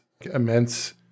immense